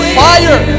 fire